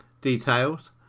details